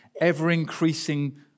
ever-increasing